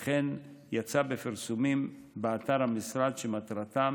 וכן יצא בפרסומים באתר המשרד שמטרתם